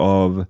av